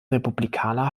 republikaner